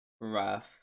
rough